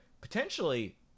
potentially